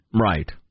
Right